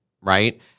right